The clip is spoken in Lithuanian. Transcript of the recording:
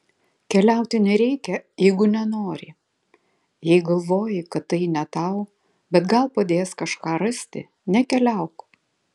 keliauti nereikia jeigu nenori jei galvoji kad tai ne tau bet gal padės kažką rasti nekeliauk